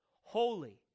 Holy